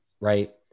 right